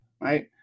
right